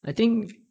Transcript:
I think